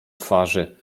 twarzy